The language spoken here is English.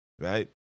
right